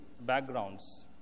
backgrounds